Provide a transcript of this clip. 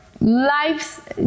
life's